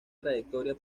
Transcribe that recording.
trayectoria